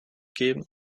geben